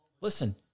Listen